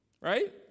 Right